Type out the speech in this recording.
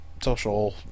social